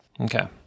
Okay